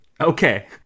Okay